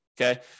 Okay